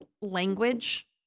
language